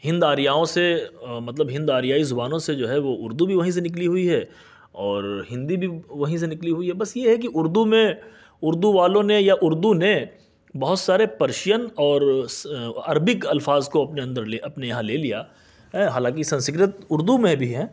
ہند آریاؤں سے مطلب ہند آریائی زبانوں سے جو ہے وہ اردو بھی وہیں سے نکلی ہوئی ہے اور ہندی بھی وہیں سے نکلی ہوئی ہے بس یہ ہے کہ اردو میں اردو والوں نے یا اردو نے بہت سارے پرشین اور عربک الفاظ کو اپنے اندر اپنے یہاں لے لیا حالانکہ کہ سنسکرت اردو میں بھی ہیں